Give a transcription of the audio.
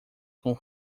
com